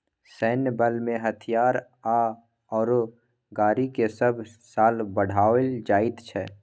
सैन्य बलमें हथियार आओर गाड़ीकेँ सभ साल बढ़ाओल जाइत छै